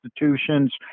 institutions